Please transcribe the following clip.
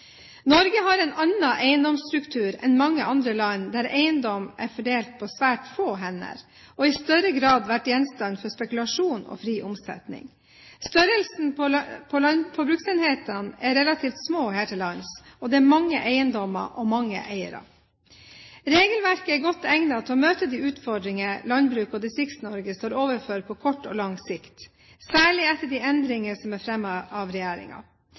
Norge har en annen eiendomsstruktur enn mange andre land, der eiendom er fordelt på svært få hender og i større grad har vært gjenstand for spekulasjon og fri omsetning. Størrelsen på bruksenhetene er relativt små her til lands, og det er mange eiendommer og mange eiere. Regelverket er godt egnet til å møte de utfordringene landbruket og Distrikts-Norge står overfor på kort og lang sikt, særlig etter de endringene som er fremmet av